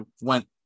went